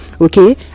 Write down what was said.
Okay